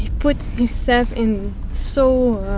put himself in so